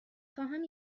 خواهم